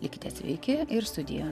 likite sveiki ir sudie